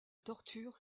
torture